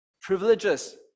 Privileges